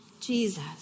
Jesus